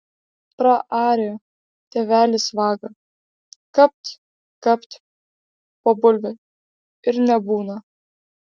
praarė tėvelis vagą kapt kapt po bulvę ir nebūna